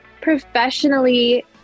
professionally